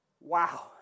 Wow